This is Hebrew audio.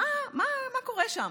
מה קורה שם?